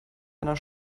einer